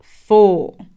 four